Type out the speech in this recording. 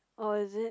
oh is it